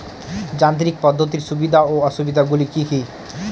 যান্ত্রিক পদ্ধতির সুবিধা ও অসুবিধা গুলি কি কি?